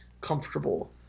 comfortable